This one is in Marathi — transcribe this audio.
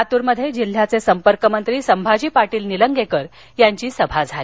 लातरमध्ये जिल्ह्याचे संपर्कमंत्री संभाजी पाटील निलंगेकर यांची सभा झाली